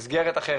מסגרת אחרת,